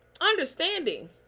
understanding